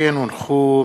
לקריאה ראשונה,